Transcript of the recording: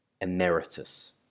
emeritus